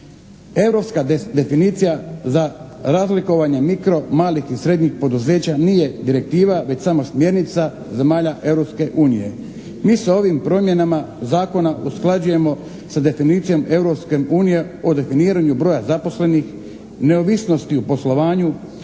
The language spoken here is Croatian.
Europska definicija za razlikovanje mikro, malih i srednjih poduzeća nije direktiva već samo smjernica zemalja Europske unije. Mi se ovim promjenama zakona usklađujemo sa definicijom Europske unije o definiranju broja zaposlenih, neovisnosti u poslovanju,